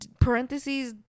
parentheses